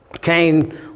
Cain